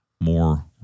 more